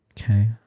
okay